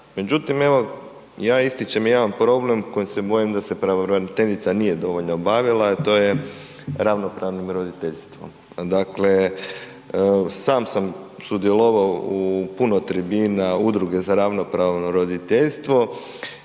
Međutim, ja ističem jedan problem kojim se bojim da se pravobraniteljica nije dovoljno bavila, a to je ravnopravnim roditeljstvom. Dakle, sam sam sudjelovao u puno tribina, udruge za ravnopravno roditeljstvo